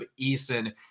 Eason